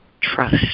Trust